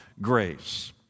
grace